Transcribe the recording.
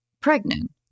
pregnant